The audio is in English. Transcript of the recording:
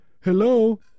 Hello